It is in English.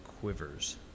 Quivers